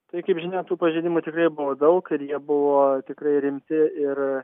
tai kaip žinia tų pažeidimų tikrai buvo daug ir jie buvo tikrai rimti ir